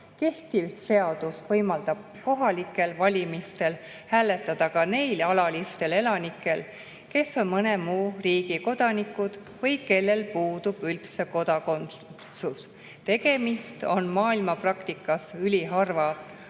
Kehtiv seadus võimaldab kohalikel valimistel hääletada ka neil alalistel elanikel, kes on mõne muu riigi kodanikud või kellel puudub üldse kodakondsus. Tegemist on maailma praktikas üliharva olukorraga.